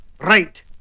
Right